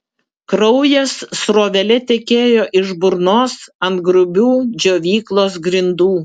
kraujas srovele tekėjo iš burnos ant grubių džiovyklos grindų